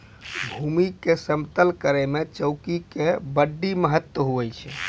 भूमी के समतल करै मे चौकी के बड्डी महत्व हुवै छै